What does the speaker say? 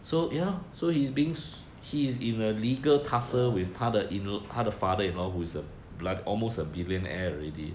so ya so he's beings he is in a legal tussle with 他的 into other father you know who is a black almost a billion air already